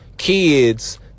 Kids